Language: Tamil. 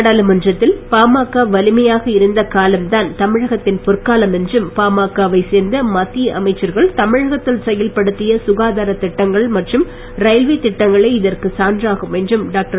நாடாளுமன்றத்தில் பாமக வலிமையாக இருந்த காலம்தான் தமிழகத்தின் பொற்காலம் என்றும் பாமக வைச் சேர்ந்த மத்திய அமைச்சர்கள் தமிழகத்தில் செயல்படுத்திய சுகாதாரத் திட்டங்கள் மற்றும் ரயில்வே திட்டங்களே இதற்குச் சான்றாகும் என்றும் டாக்டர்